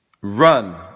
run